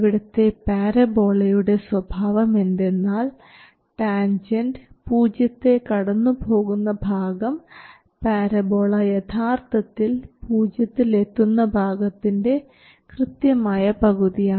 ഇവിടത്തെ പാരബോളയുടെ സ്വഭാവം എന്തെന്നാൽ ടാൻജൻറ് പൂജ്യത്തെ കടന്നുപോകുന്ന ഭാഗം പാരബോള യഥാർത്ഥത്തിൽ പൂജ്യത്തിൽ എത്തുന്ന ഭാഗത്തിൻറെ കൃത്യമായ പകുതിയിലാണ്